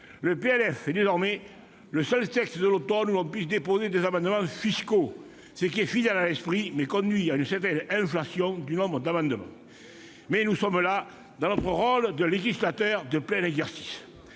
le PLF est désormais le seul texte de l'automne où l'on puisse déposer des amendements fiscaux, ce qui est fidèle à l'esprit, mais conduit à une certaine inflation du nombre d'amendements. Mais nous sommes là dans notre rôle de législateurs de plein exercice